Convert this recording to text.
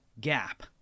gap